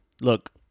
look